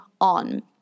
on